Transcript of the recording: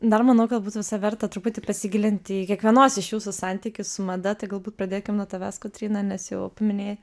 dar manau gal būtų visai verta truputį pasigilint į kiekvienos iš jūsų santykius su mada tai galbūt pradėkim nuo tavęs kotryna nes jau paminėjai